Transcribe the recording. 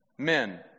Men